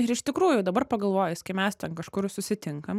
ir iš tikrųjų dabar pagalvojus kai mes ten kažkur susitinkam